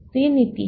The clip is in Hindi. तो यह नीति है